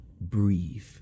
breathe